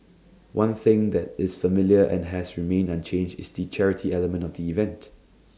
one thing that is familiar and has remained unchanged is the charity element of the event